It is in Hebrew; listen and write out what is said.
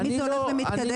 תמיד זה הולך ומתקדם,